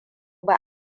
ba